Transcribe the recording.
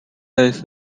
类似